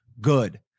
good